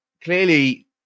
clearly